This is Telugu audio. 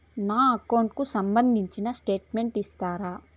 నా అకౌంట్ కు సంబంధించిన స్టేట్మెంట్స్ ఇస్తారా